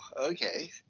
okay